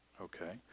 Okay